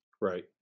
Right